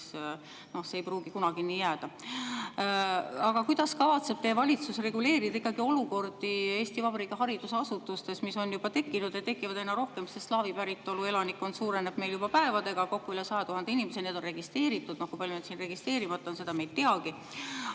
siis ega see ei pruugi kunagi nii jääda. Aga kuidas kavatseb teie valitsus ikkagi reguleerida seda olukorda, mis Eesti Vabariigi haridusasutustes on juba tekkinud ja tekib aina rohkem, sest slaavi päritolu elanikkond suureneb meil iga päevaga? Kokku üle 100 000 inimese, kes on registreeritud. Kui palju neid siin registreerimata on, seda me ei teagi.